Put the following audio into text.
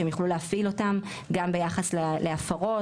שהם יוכלו להפעיל אותם גם ביחס להפרות